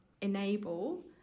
enable